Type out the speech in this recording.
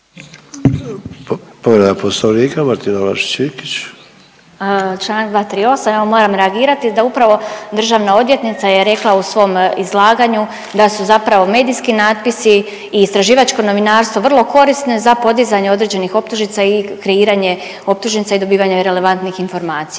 **Vlašić Iljkić, Martina (SDP)** Članak 238. Evo moram reagirati da upravo državna odvjetnica je rekla u svom izlaganju da su zapravo medijski natpisi i istraživačko novinarstvo vrlo korisne za podizanje određenih optužnica i kreiranje optužnica i dobivanje relevantnih informacija,